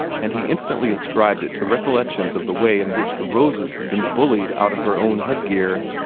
and he instantly ascribed it to recollections of the way in which the roses had been bullied out of her own headgear.